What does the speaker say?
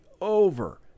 over